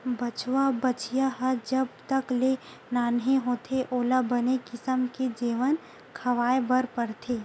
बछवा, बछिया ह जब तक ले नान्हे होथे ओला बने किसम के जेवन खवाए बर परथे